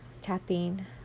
tapping